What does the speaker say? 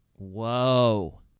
Whoa